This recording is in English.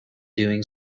doing